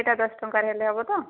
ଏଇଟା ଦଶ ଟଙ୍କାରେ ହେଲେ ହେବ ତ